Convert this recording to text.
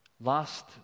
last